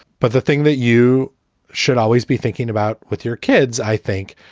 but the thing that you should always be thinking about with your kids, i think,